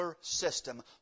system